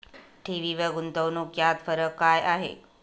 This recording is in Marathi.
ठेवी आणि गुंतवणूक यात फरक काय आहे?